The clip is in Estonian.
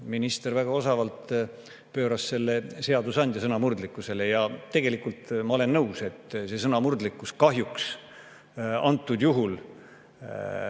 Minister väga osavalt pööras jutu seadusandja sõnamurdlikkusele. Tegelikult ma olen nõus, et see sõnamurdlikkus kahjuks antud juhul